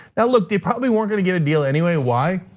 now look, they probably weren't gonna get a deal anyway, why?